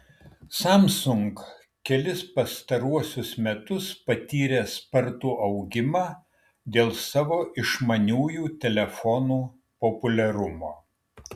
samsung kelis pastaruosius metus patyrė spartų augimą dėl savo išmaniųjų telefonų populiarumo